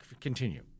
Continue